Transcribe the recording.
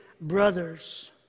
brothers